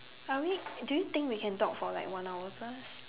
are we do you think we can talk for like one hour first